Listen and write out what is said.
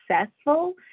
successful